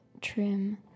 trim